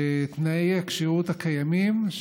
תנאי הכשירות הקיימים,